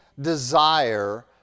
desire